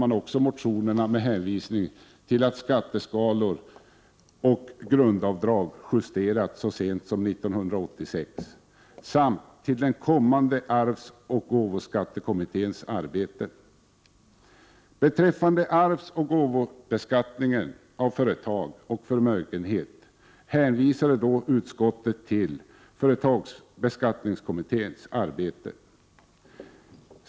Motionerna avstyrktes med hänvisning till att skatteskalor och grundavdrag justerats så sent som år 1986 samt med hänvisning till den kommande arvsoch gåvoskattekommitténs arbete. Beträffande arvsoch gåvobeskattning av företag och förmögenhet hänvisade utskottet till företagsskattekommitténs arbete.